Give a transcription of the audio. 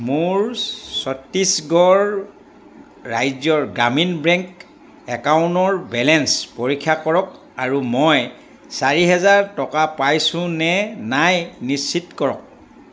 মোৰ ছত্তিশগড় ৰাজ্যৰ গ্ৰামীণ বেংকৰ একাউণ্টৰ বেলেঞ্চ পৰীক্ষা কৰক আৰু মই চাৰি হাজাৰ টকা পাইছো নে নাই নিশ্চিত কৰক